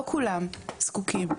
לא כולם זקוקים,